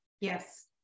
Yes